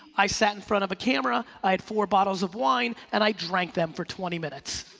i sat in front of a camera, i had four bottles of wine and i drank them for twenty minutes.